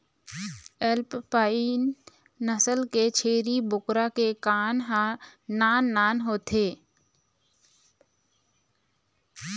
alpine नसल के छेरी बोकरा के कान ह नान नान होथे